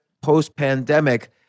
post-pandemic